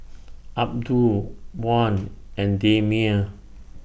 Abdul Wan and Damia